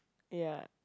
ya